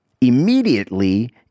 immediately